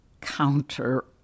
counter